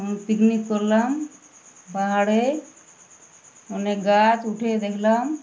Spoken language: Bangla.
পিকনিক করলাম পাহাড়ে অনেক গাছ উঠে দেখলাম